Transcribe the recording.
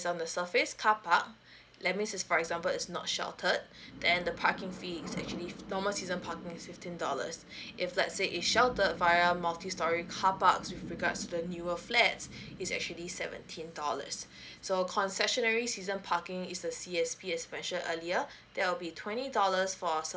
on the surface carpark that means is for example is not sheltered then the parking fee is actually if normal season parking is fifteen dollars if let's say if sheltered the via multi storey carpark with regards to the newer flats it's actually seventeen dollars so concessionary every season parking is the C_S_P as mentioned earlier there will be twenty dollars for a